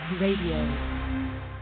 Radio